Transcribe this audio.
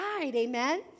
Amen